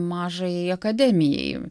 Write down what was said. mažajai akademijai